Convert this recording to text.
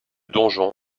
donjon